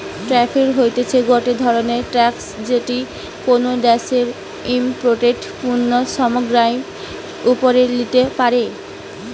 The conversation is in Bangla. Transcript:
ট্যারিফ হতিছে গটে ধরণের ট্যাক্স যেটি কোনো দ্যাশে ইমপোর্টেড পণ্য সামগ্রীর ওপরে লিতে পারে